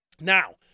Now